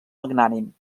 magnànim